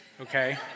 Okay